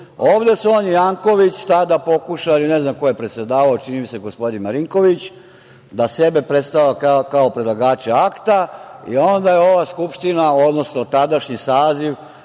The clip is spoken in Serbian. su on i Janković tada pokušali, ne znam ko je predsedavao, čini mi se gospodin Marinković, da sebe predstave kao predlagače akta i onda je ova Skupština, odnosno tadašnji saziv